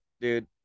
dude